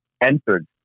entered